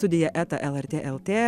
studija eta lrt lt